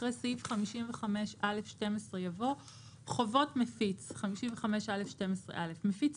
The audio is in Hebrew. אחרי סעיף 55א12 יבוא: "חובות מפיץ 55א12א. (א) מפיץ